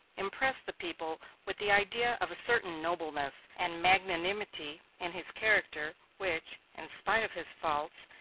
impressed the people with the idea of a certain nobleness and magnanimity in his character, which, in spite of his faults,